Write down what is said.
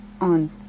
on